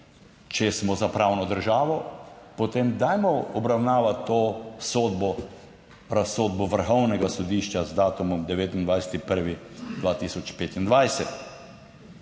Če smo za pravno državo, potem dajmo obravnavati to sodbo, razsodbo Vrhovnega sodišča z datumom 29. 1. 2025.